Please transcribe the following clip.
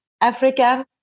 African